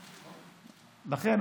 לכן,